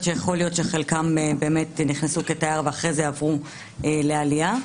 שיכול להיות שחלקם באמת נכנסו כתיירים ואחרי זה עברו לעלייה,